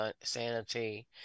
sanity